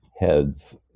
heads